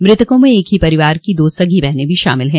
मृतकों में एक ही परिवार की दो सगी बहिनें भी शामिल हैं